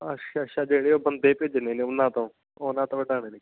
ਅੱਛਾ ਅੱਛਾ ਜਿਹੜੇ ਉਹ ਬੰਦੇ ਭੇਜਣੇ ਨੇ ਉਹਨਾਂ ਤੋਂ ਉਹਨਾਂ ਤੋਂ ਵਢਾਣੀ ਨੇ